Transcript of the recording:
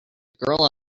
girl